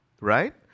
right